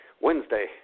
Wednesday